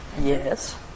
Yes